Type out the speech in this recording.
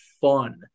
fun